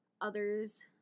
others